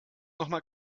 nochmal